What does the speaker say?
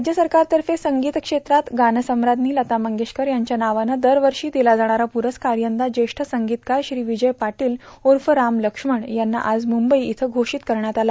राज्य शासनातफ संगीत क्षेत्रात गानसम्राज्ञी लता मंगेशकर यांच्या नावानं दरवर्षा दिला जाणारा प्रस्कार यंदा ज्येष्ठ संगीतकार श्री विजय पाटोल ऊफ राम लक्ष्मण यांना आज मुंबई इथं र्घोषत करण्यात आला